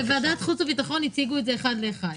בוועדת חוץ וביטחון הציגו את זה אחד לאחד.